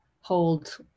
hold